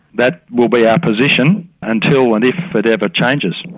that will be our position until and if it ever changes.